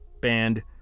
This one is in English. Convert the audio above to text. banned